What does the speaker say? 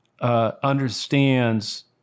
understands